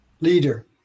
leader